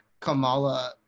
Kamala